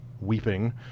weeping